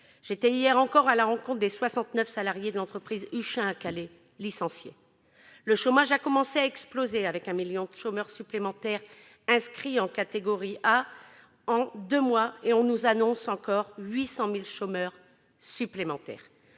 J'étais hier encore à la rencontre des soixante-neuf salariés de l'entreprise Huchin-Prince à Calais. Le chômage a commencé à exploser avec 1 million de chômeurs supplémentaires inscrits en catégorie A en deux mois, et on nous annonce encore 800 000 chômeurs supplémentaires.